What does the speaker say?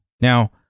Now